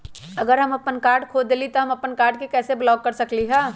अगर हम अपन कार्ड खो देली ह त हम अपन कार्ड के कैसे ब्लॉक कर सकली ह?